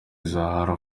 zahara